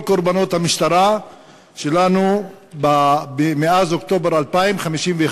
כל קורבנות המשטרה שלנו מאז אוקטובר 2000,